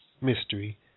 Mystery